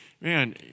Man